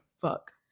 fuck